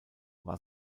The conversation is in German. war